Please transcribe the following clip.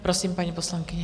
Prosím, paní poslankyně.